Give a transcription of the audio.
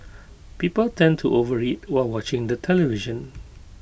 people tend to overeat while watching the television